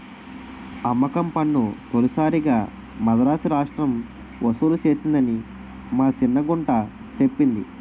అమ్మకం పన్ను తొలిసారిగా మదరాసు రాష్ట్రం ఒసూలు సేసిందని మా సిన్న గుంట సెప్పింది